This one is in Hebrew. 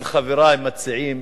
חברי עוד מציעים